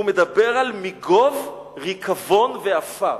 הוא מדבר על "מגוב ריקבון ועפר".